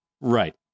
Right